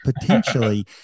potentially